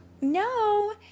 No